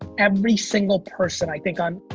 every single person, i think, on